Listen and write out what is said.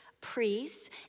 priests